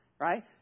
Right